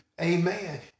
amen